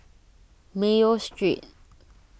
Mayo Street